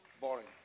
boring